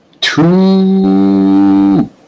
Two